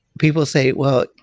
people say, well,